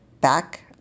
back